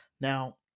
Now